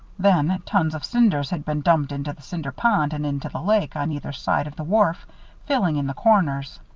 then, tons of cinders had been dumped into the cinder pond and into the lake, on either side of the wharf filling in the corners.